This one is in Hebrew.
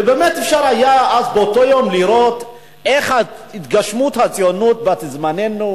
ובאמת אפשר היה אז באותו יום לראות את התגשמות הציונות בת-זמננו,